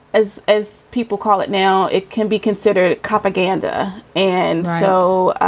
as as people call it now, it can be considered propaganda. and so